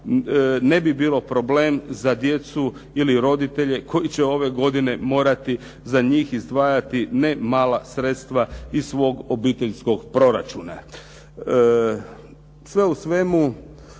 ne bi bilo problem za djecu ili roditelje koji će ove godine morati za njih izdvajati ne mala sredstva iz svog obiteljskog proračuna. Sve u svemu